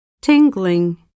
tingling